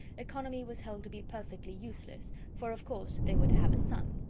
economy was held to be perfectly useless, for, of course, they were to have a son.